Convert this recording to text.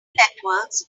networks